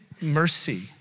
mercy